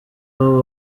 aho